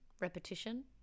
repetition